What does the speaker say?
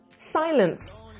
Silence